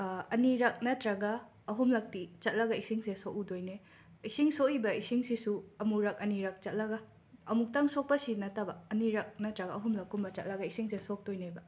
ꯑꯅꯤꯔꯛ ꯅꯠꯇ꯭ꯔꯒ ꯑꯍꯨꯝꯂꯛꯇꯤ ꯆꯠꯂꯒ ꯏꯁꯤꯡꯁꯦ ꯁꯣꯛꯎꯗꯣꯏꯅꯦ ꯏꯁꯤꯡ ꯁꯣꯛꯏꯕ ꯏꯁꯤꯡꯁꯤꯁꯨ ꯑꯃꯨꯔꯛ ꯑꯅꯤꯔꯛ ꯆꯠꯂꯒ ꯑꯃꯨꯛꯇꯪ ꯁꯣꯛꯄꯁꯤ ꯅꯠꯇꯕ ꯑꯅꯤꯔꯛ ꯅꯠꯇ꯭ꯔꯒ ꯑꯍꯨꯝꯂꯛꯀꯨꯝꯕ ꯆꯠꯂꯒ ꯏꯁꯤꯡꯁꯦ ꯁꯣꯛꯇꯣꯏꯅꯦꯕ